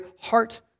heart